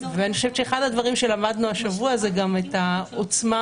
ואחד הדברים שלמדנו השבוע זה גם העוצמה